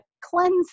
cleanse